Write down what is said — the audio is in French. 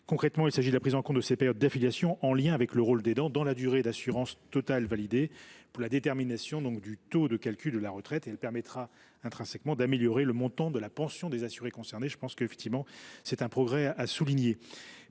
Concrètement, il s’agit de prendre en compte les périodes d’affiliation en lien avec le rôle d’aidant dans la durée d’assurance totale validée pour la détermination du taux de calcul de la retraite. Cela permettra intrinsèquement d’améliorer le montant de la pension des assurés concernés. Je pense que c’est un progrès à souligner.